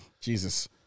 Jesus